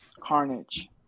carnage